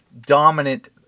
dominant